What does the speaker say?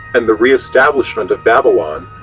and the re-establishment of babylon,